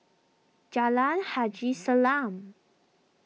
Jalan Haji Salam